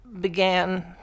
began